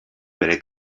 bere